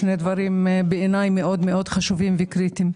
שני דברים מאוד חשובים וקריטיים בעיניי.